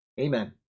Amen